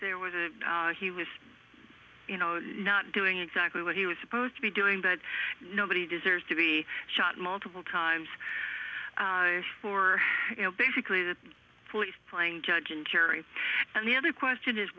there was a he was you know not doing exactly what he was supposed to be doing that nobody deserves to be shot multiple times for you know basically the police playing judge and jury and the other question is